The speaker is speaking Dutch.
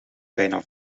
bijna